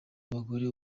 w’abagore